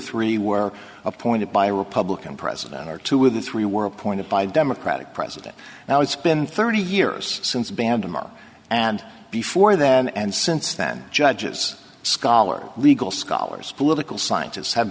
three were appointed by a republican president or two with the three were appointed by democratic president now it's been thirty years since a band tomorrow and before than and since then judges scholar legal scholars political scientists ha